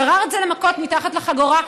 גרר את זה למכות מתחת לחגורה.